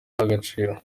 agaciro